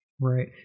Right